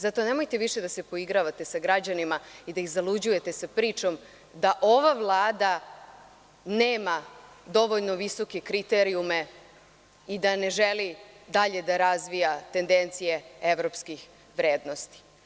Zato nemojte više da se poigravate sa građanima i da ih zaluđujete sa pričom da ova vlada nema dovoljno visoke kriterijume i da ne želi dalje da razvija tendencije evropskih vrednosti.